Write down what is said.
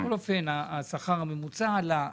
ובכל אופן השכר הממוצע עלה.